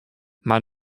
mar